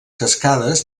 cascades